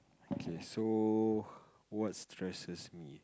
okay so what stresses me